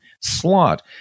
slot